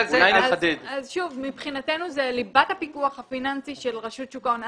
מבחינתנו זה ליבת הפיקוח הפיננסי של רשות שוק ההון.